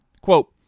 Quote